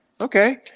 okay